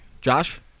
Josh